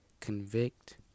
convict